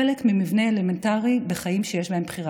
חלק ממבנה אלמנטרי בחיים שיש בהם בחירה.